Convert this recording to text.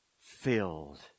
filled